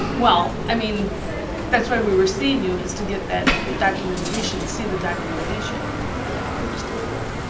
well, i mean that's why we were seeing you is to get that documentation, see the documentation. yeah, i understand